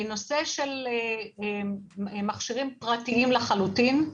בנושא מכשירים פרטיים לחלוטין,